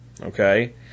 Okay